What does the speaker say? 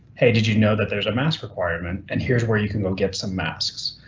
hey, did you know that there's a mask requirement? and here's where you can go get some masks.